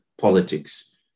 politics